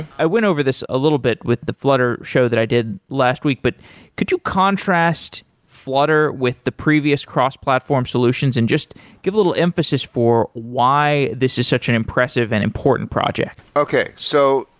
i went over this a little bit with the flutter show that i did last week, but could you contrast flutter with the previous cross-platform solutions and just give little emphasis for why this is such an impressive and important project? okay. so,